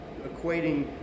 equating